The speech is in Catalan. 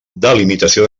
delimitació